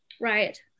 Right